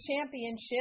championship